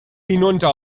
hinunter